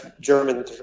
German